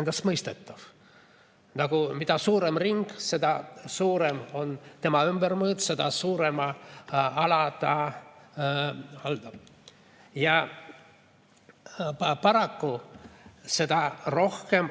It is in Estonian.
endastmõistetav. Nagu mida suurem ring, seda suurem on tema ümbermõõt, seda suurema ala ta hõlmab. Paraku on seda rohkem